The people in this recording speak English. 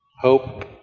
Hope